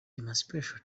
emancipation